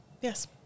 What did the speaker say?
Yes